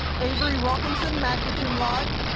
avery wilkinson, magna cum laude.